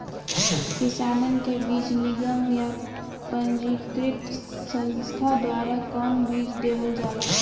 किसानन के बीज निगम या पंजीकृत संस्था द्वारा कवन बीज देहल जाला?